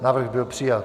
Návrh byl přijat.